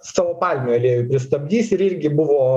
savo palmių aliejų pristabdys ir irgi buvo